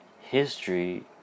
History